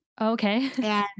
okay